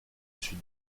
sud